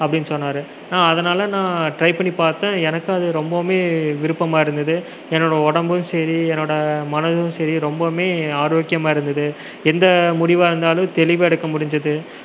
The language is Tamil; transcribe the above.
அப்படின்னு சொன்னார் நான் அதனால் நான் டிரை பண்ணி பார்த்தேன் எனக்கும் அது ரொம்பவுமே விருப்பமாக இருந்தது என்னோடய உடம்பும் சரி என்னோடய மனதும் சரி ரொம்பவுமே ஆரோக்கியமாக இருந்தது எந்த முடிவாக இருந்தாலும் தெளிவாக எடுக்க முடிஞ்சுது